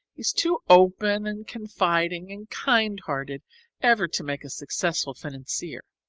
he's too open and confiding and kind-hearted ever to make a successful financier.